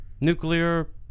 nuclear